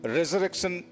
resurrection